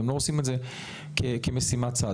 והם לא עושים את זה כמשימת צד.